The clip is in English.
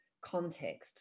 context